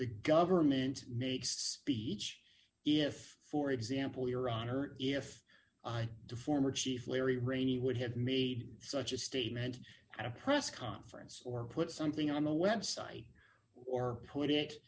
the government makes a speech if for example your honor if i the former chief larry rainey would have made such a statement at a press conference or put something on a website or put it